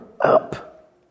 up